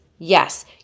Yes